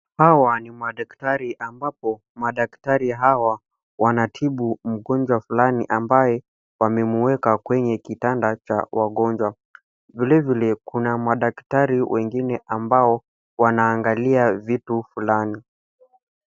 Hawa ni madaktari ambapo, madaktari hawa wanatibu mgonjwa fulani ambaye wamemueka kwenye kitanda cha wagonjwa. Vilevile kuna madaktari wengine ambao wanaangalia vitu fulani.